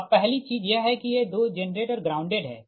अबपहली चीज यह है कि ये दो जेनरेटर ग्राउंडेड है